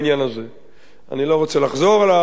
אני לא רוצה לחזור על הדברים שאמרתי.